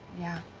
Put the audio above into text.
yeah.